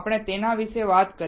આપણે તેના વિશે વાત કરી